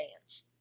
dance